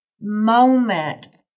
moment